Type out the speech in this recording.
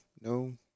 No